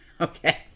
Okay